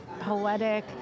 poetic